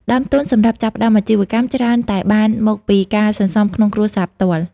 ដើមទុនសម្រាប់ចាប់ផ្តើមអាជីវកម្មច្រើនតែបានមកពីការសន្សំក្នុងគ្រួសារផ្ទាល់។